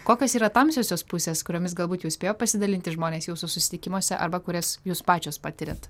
kokios yra tamsiosios pusės kuriomis galbūt jau spėjo pasidalinti žmonės jūsų susitikimuose arba kurias jūs pačios patiriat